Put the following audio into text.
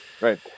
Right